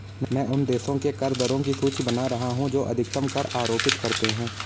मैं उन देशों के कर दरों की सूची बना रहा हूं जो अधिकतम कर आरोपित करते हैं